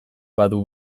badu